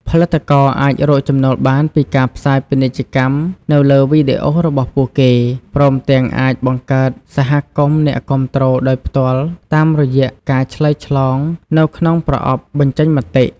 ផលិតករអាចរកចំណូលបានពីការផ្សាយពាណិជ្ជកម្មនៅលើវីដេអូរបស់ពួកគេ ព្រមទាំងអាចបង្កើតសហគមន៍អ្នកគាំទ្រដោយផ្ទាល់តាមរយៈការឆ្លើយឆ្លងនៅក្នុងប្រអប់បញ្ចេញមតិ។